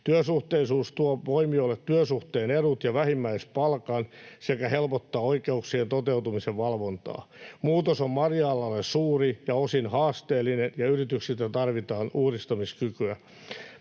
Työsuhteisuus tuo poimijoille työsuhteen edut ja vähimmäispalkan sekä helpottaa oikeuksien toteutumisen valvontaa. Muutos on marja-alalle suuri ja osin haasteellinen, ja yrityksiltä tarvitaan uudistumiskykyä.